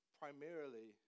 primarily